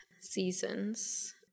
seasons